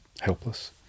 helpless